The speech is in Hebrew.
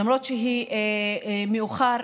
למרות שמאוחר.